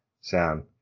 sound